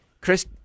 Chris